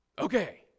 okay